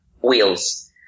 wheels